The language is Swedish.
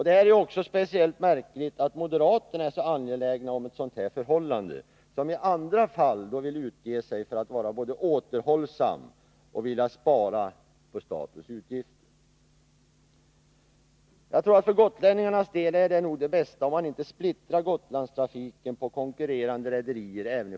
Det är ju också speciellt märkligt att moderaterna är så angelägna om ett sådant förhållande, de som i andra fall vill utge sig för att vara återhållsamma och spara med statens utgifter. För gotlänningarnas del är det nog bäst om man inte splittrar Gotlandstrafiken på konkurrerande rederier.